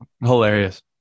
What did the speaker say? hilarious